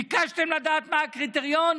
ביקשתם לדעת מה הקריטריון?